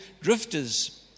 drifters